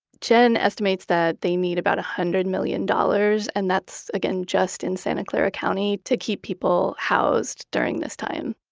jen estimates that they need about one hundred million dollars, and that's again just in santa clara county, to keep people housed during this time